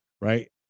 right